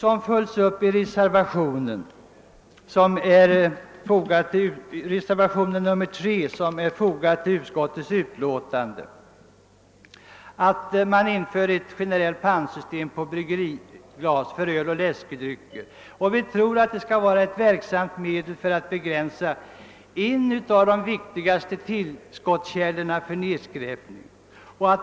Därför har vi i motionerna 1: 1320 Vi tror att det skulle vara ett verksamt medel att begränsa en av de främsta källorna till nedskräpningen.